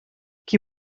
qui